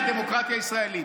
תודה, אמיר.